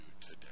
today